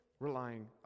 relying